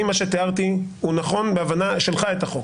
האם מה שתיארתי הוא נכון בהבנה שלך את החוק?